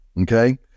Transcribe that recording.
Okay